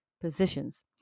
positions